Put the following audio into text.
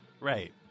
Right